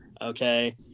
okay